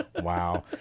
Wow